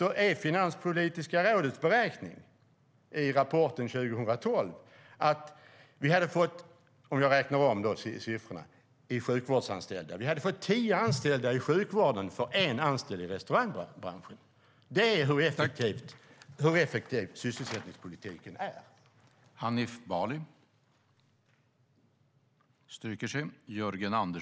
Finanspolitiska rådets beräkning i rapporten 2012 är, om vi räknar om siffrorna i sjukvårdsanställda, att vi hade fått tio anställda i sjukvården för en anställd i restaurangbranschen. Det är hur effektiv sysselsättningspolitiken är.